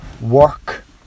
work